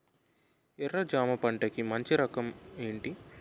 ఎర్ర జమ పంట కి మంచి రకం ఏంటి?